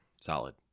Solid